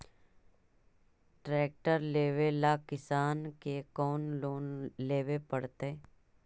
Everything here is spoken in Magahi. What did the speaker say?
ट्रेक्टर लेवेला किसान के कौन लोन लेवे पड़तई?